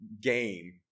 game